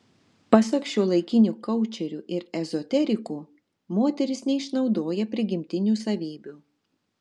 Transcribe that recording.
pasak šiuolaikinių koučerių ir ezoterikų moteris neišnaudoja prigimtinių savybių